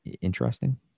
interesting